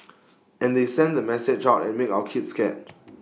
and they send the message out and make our kids scared